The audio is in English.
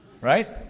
right